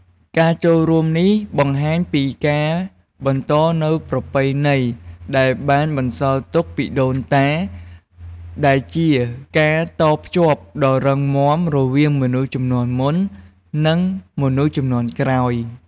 ការចូលរួមនេះបង្ហាញពីការបន្តនូវប្រពៃណីដែលបានបន្សល់ទុកពីដូនតា ដែលជាការតភ្ជាប់ដ៏រឹងមាំរវាងមនុស្សជំនាន់មុន និងមនុស្សជំនាន់ក្រោយ។